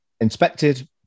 inspected